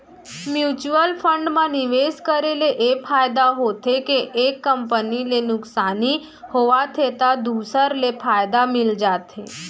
mutual fund म निवेस करे ले ए फायदा होथे के एक कंपनी ले नुकसानी होवत हे त दूसर ले फायदा मिल जाथे